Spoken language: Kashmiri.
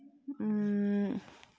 اۭں